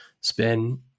spin